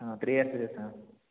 ಹಾಂ three years ಇದೆ sir